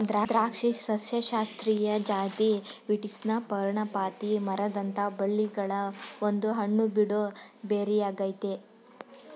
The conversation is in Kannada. ದ್ರಾಕ್ಷಿ ಸಸ್ಯಶಾಸ್ತ್ರೀಯ ಜಾತಿ ವೀಟಿಸ್ನ ಪರ್ಣಪಾತಿ ಮರದಂಥ ಬಳ್ಳಿಗಳ ಒಂದು ಹಣ್ಣುಬಿಡೋ ಬೆರಿಯಾಗಯ್ತೆ